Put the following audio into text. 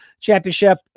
championship